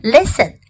Listen